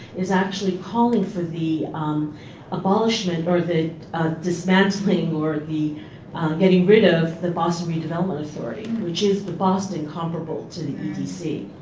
is actually calling for the um abolishment or the dismantling or the getting rid of the boston redevelopment authority which is the boston comparable to the edc.